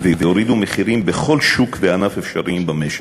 ויורידו מחירים בכל שוק וענף שזה אפשרי במשק.